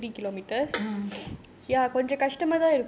mm